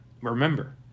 remember